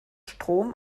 strom